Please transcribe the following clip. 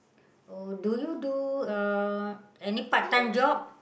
oh do you do uh any part time job